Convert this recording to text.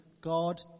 God